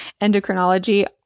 endocrinology